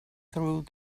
through